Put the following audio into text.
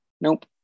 Nope